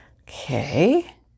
okay